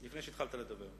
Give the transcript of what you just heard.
לפני שהתחלת לדבר.